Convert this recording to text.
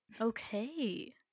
Okay